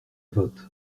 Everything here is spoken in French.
votent